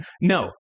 no